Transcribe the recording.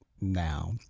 now